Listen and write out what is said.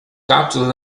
cápsulas